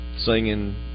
singing